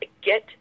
get